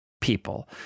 people